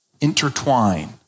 intertwine